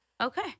Okay